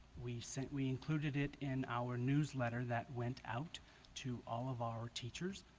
we sent we included it in our newsletter that went out to all of our teachers